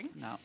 No